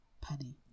Penny